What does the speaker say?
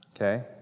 okay